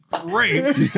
great